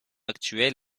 actuel